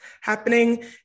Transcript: happening